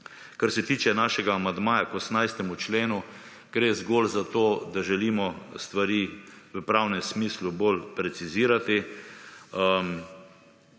Kar se tiče našega amandmaja k 18. členu, gre zgolj za to, da želimo stvari v pravnem smislu bolj precizirati.